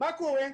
מה קורה?